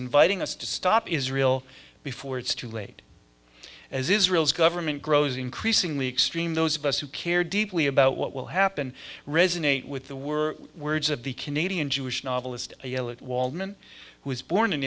inviting us to stop israel before it's too late as israel's government grows increasingly extreme those of us who care deeply about what will happen resonate with the word words of the canadian jewish novelist illit wallman who was born in